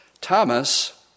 Thomas